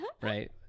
Right